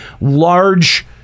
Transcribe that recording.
large